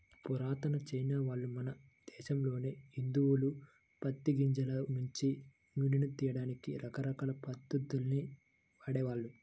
పురాతన చైనావాళ్ళు, మన దేశంలోని హిందువులు పత్తి గింజల నుంచి నూనెను తియ్యడానికి రకరకాల పద్ధతుల్ని వాడేవాళ్ళు